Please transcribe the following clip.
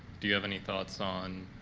do you have any thoughts on